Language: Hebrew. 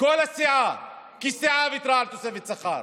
כל הסיעה, כסיעה, ויתרה על תוספת שכר.